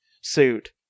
suit